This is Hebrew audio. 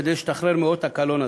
כדי להשתחרר מאות הקלון הזה.